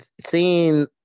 seeing